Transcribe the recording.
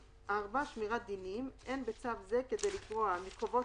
שמירת דינים 4. אין בצו זה כדי לגרוע מחובות